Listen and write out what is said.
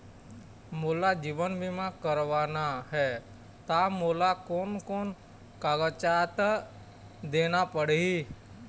मोला जीवन बीमा करवाना हे ता मोला कोन कोन कागजात देना पड़ही?